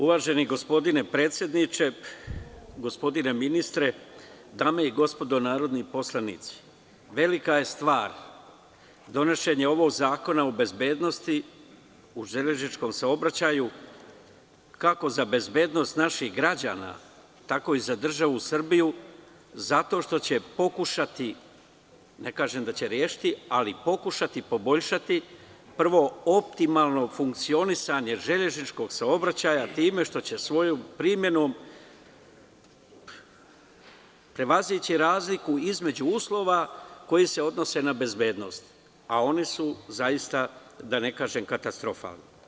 Uvaženi gospodine predsedniče, gospodine ministre, dame i gospodo narodni poslanici, velika je stvar donošenje ovog Zakona o bezbednosti u železničkom saobraćaju kako za bezbednost naših građana, tako i za državu Srbiju, zato što će pokušati, ne kažem da će rešiti, ali će pokušati da poboljša, prvo, optimalno funkcionisanje železničkog saobraćaja time što će svojom primenom prevazići razliku između uslova koji se odnose na bezbednost, a oni su zaista, da ne kažem, katastrofalni.